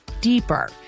deeper